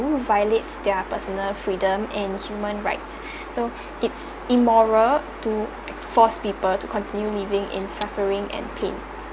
violates their personal freedom and human rights so it's immoral to force people to continue living in suffering and pain